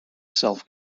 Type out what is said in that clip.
self